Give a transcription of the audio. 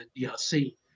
DRC